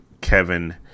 Kevin